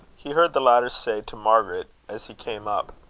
he heard the latter say to margaret as he came up